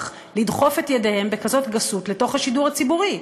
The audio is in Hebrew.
לדחוף את ידיהם בכזאת גסות לתוך השידור הציבורי.